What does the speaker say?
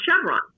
Chevron